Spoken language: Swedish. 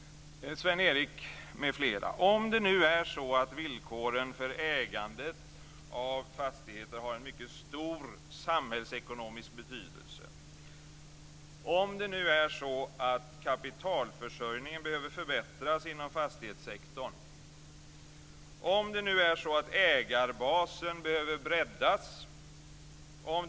Sven-Erik m.fl.! Tänk om villkoren för ägandet av fastigheter har en mycket stor samhällsekonomisk betydelse. Tänk om kapitalförsörjningen behöver förbättras inom fastighetssektorn. Tänk om ägarbasen behöver breddas.